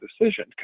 decision